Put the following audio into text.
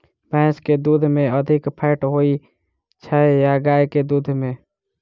भैंस केँ दुध मे अधिक फैट होइ छैय या गाय केँ दुध में?